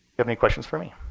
have any questions for me?